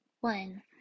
One